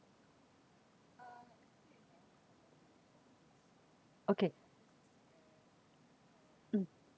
okay mm